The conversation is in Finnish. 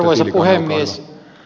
arvoisa puhemies